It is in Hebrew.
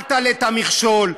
אל תעלה את המכשול,